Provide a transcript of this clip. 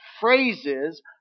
phrases